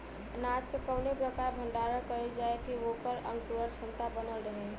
अनाज क कवने प्रकार भण्डारण कइल जाय कि वोकर अंकुरण क्षमता बनल रहे?